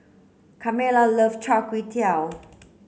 Carmella love Char kway Teow